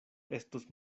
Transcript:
estos